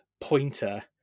pointer